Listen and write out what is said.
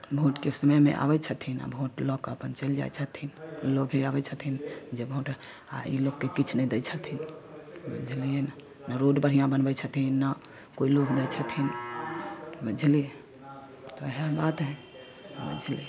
भोटके समयमे आबै छथिन आ भोट लऽ कऽ अपन चलि जाइ छथिन लोभे आबै छथिन जे भोट आ ई लोकके किछु नहि दै छथिन बुझलियै ने ने रोड बढ़िऑं बनबै छथिन ने कोइ लोभ दै छथिन बुझलियै तऽ ओहए बात हइ बुझलियै